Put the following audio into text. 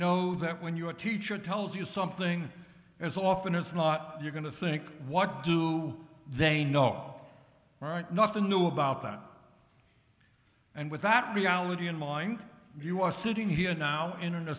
know that when your teacher tells you something as often as not you're going to think what do they know right nothing new about that and with that reality in mind you are sitting here now in